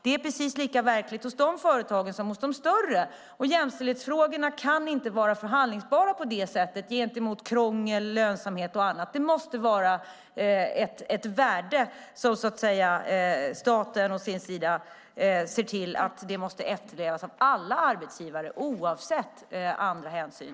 Det är precis lika verkligt i de företagen som i de större. Jämställdhetsfrågorna kan inte vara förhandlingsbara på det sättet gentemot krångel, lönsamhet och annat. Det måste vara ett värde som staten ser till att alla arbetsgivare efterlever, oavsett andra hänsyn.